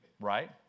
right